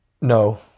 No